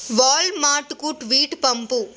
wall మార్ట్కు tweet పంపు